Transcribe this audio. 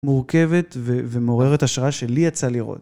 מורכבת ומעוררת השראה שלי יצא לראות.